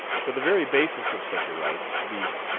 for the very basis of such a right, viz,